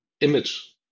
image